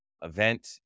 event